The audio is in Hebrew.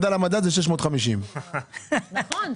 עם ההצמדה למדד, זה 650,000. נכון.